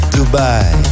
Dubai